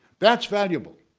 that's valuable.